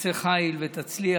תעשה חיל ותצליח